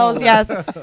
Yes